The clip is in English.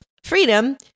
Freedom